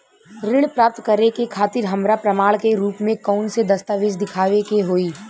ऋण प्राप्त करे के खातिर हमरा प्रमाण के रूप में कउन से दस्तावेज़ दिखावे के होइ?